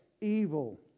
evil